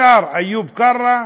השר איוב קרא,